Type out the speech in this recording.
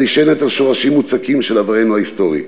הנשענת על שורשים מוצקים של עברנו ההיסטורי.